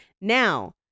Now